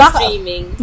streaming